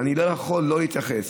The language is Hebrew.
ואני לא יכול שלא להתייחס